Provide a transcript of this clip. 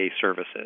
services